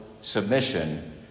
submission